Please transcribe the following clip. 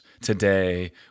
today